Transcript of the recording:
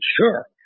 sure